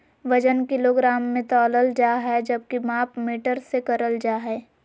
वजन किलोग्राम मे तौलल जा हय जबकि माप लीटर मे करल जा हय